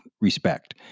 respect